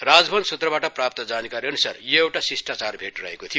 राजभवन सूत्रबाट प्राप्त जानकारी अनुसार यो एउटा शिष्टाचार भैट रहेको थियो